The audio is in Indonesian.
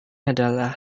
adalah